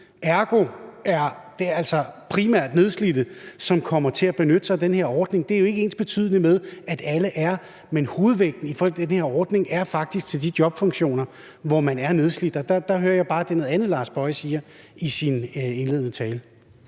Ergo er det altså primært nedslidte, som kommer til at benytte sig af den her ordning. Det er jo ikke ensbetydende med, at alle er. Men hovedvægten i den her ordning er faktisk på de jobfunktioner, hvor man er nedslidt. Der hører jeg bare, at det er noget andet, hr. Lars Boje Mathiesen siger i sin indledende tale.